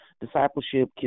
discipleship